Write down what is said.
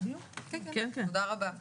תודה רבה.